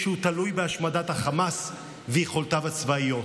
שהוא תלוי בהשמדת החמאס ויכולותיו הצבאיות.